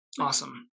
Awesome